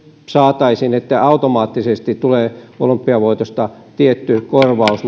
saataisiin se että automaattisesti tulee olympiavoitosta tietty korvaus